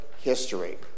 history